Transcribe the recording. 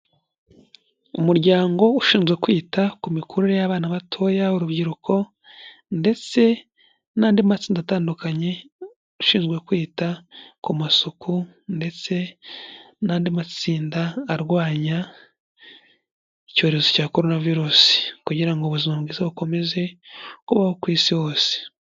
Umuryango ushinzwe kwita ku mikurire y'abana batoya, urubyiruko ndetse n'andi matsinda atandukanye ashinzwe kwita ku masuku ndetse n'andi matsinda arwanya icyorezo cya Korona virusi kugira ngo ubuzima bwiza bukomeze kubaho ku isi hose.